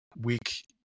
week